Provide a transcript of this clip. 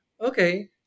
okay